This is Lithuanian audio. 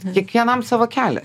kiekvienam savo kelias